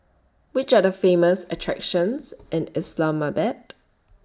Which Are The Famous attractions in Islamabad